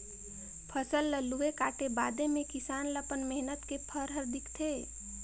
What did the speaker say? फसल ल लूए काटे बादे मे किसान ल अपन मेहनत के फर हर दिखथे